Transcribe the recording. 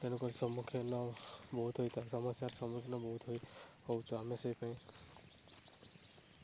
ତେଣୁ କରି ସମ୍ମୁଖୀନ ବହୁତ ହୋଇଥାନ୍ତି ସମସ୍ୟାର ସମ୍ମୁଖୀନ ବହୁତ ହୋଇ ହେଉଛୁ ଆମେ ସେଥିପାଇଁ